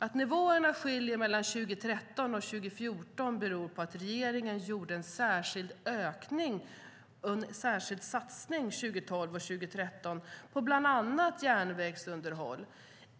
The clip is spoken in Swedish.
Att nivåerna skiljer mellan 2013 och 2014 beror på att regeringen gjorde en särskild ökad satsning 2012 och 2013 på bland annat järnvägsunderhåll.